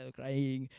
crying